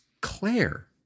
Claire